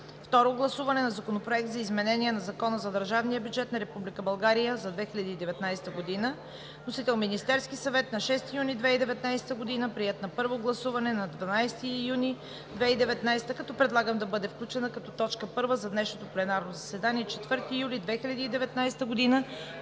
Второ гласуване на Законопроекта за изменение на Закона за държавния бюджет на Република България за 2019 г. Вносител – Министерският съвет на 6 юни 2019 г., приет на първо гласуване на 12 юни 2019 г., като предлагам да бъде включена като точка първа за днешното пленарно заседание – 4 юли 2019 г., а